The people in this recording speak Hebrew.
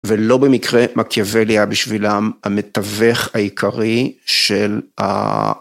ולא במקרה מקוול היה בשבילם המתווך העיקרי של